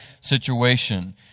situation